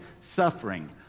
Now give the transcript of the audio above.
suffering